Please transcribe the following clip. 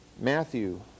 Matthew